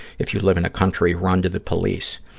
if you live in a country, run to the police.